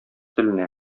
теленә